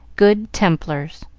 good templars